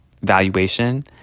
valuation